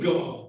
God